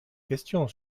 question